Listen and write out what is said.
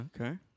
okay